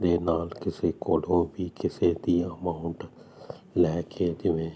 ਦੇ ਨਾਲ ਕਿਸੇ ਕੋਲੋਂ ਵੀ ਕਿਸੇ ਦੀ ਅਮਾਊਂਟ ਲੈ ਕੇ ਜਿਵੇਂ